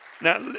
now